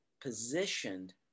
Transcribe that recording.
positioned